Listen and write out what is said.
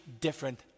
different